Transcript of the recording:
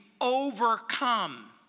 overcome